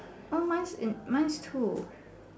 how much in mine's true